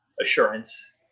assurance